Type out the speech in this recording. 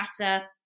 chatter